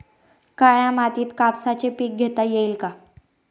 काळ्या मातीत कापसाचे पीक घेता येईल का?